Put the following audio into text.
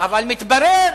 אבל מתברר